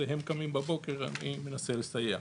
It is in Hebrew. זה הם שקמים בבוקר ואני שמנסה לסייע.